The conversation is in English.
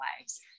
lives